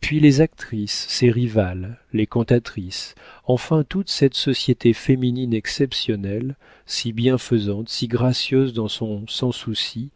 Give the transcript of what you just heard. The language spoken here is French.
puis les actrices ses rivales les cantatrices enfin toute cette société féminine exceptionnelle si bienfaisante si gracieuse dans son sans souci